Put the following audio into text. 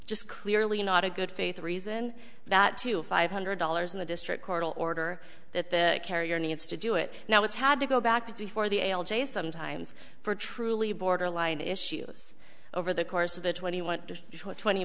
just clearly not a good faith reason that to five hundred dollars in the district court will order that the carrier needs to do it now it's had to go back to do for the l j sometimes for truly borderline issues over the course of the twenty one twenty